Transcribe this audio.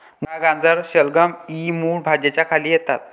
मुळा, गाजर, शलगम इ मूळ भाज्यांच्या खाली येतात